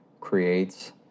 creates